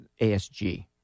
ASG